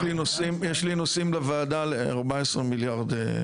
יש לי נושאים לוועדה על 14 מיליארד.